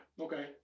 Okay